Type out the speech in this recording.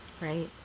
Right